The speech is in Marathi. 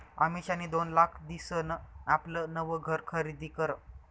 अमिषानी दोन लाख दिसन आपलं नवं घर खरीदी करं